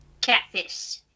Catfish